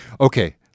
Okay